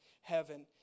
heaven